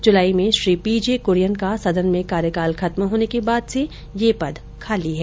जुलाई में Shri P J Kurien का सदन में कार्यकाल खत्म होने के बाद से यह पद खाली है